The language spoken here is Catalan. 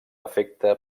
efecte